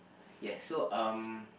yes so um